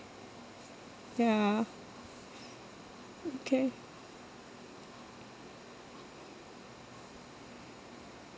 ya okay